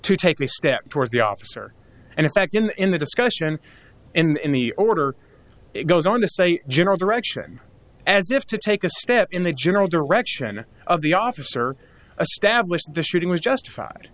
to take a step towards the officer and in fact in the discussion in the order it goes on to say general direction as if to take a step in the general direction of the officer a stablished the shooting was justified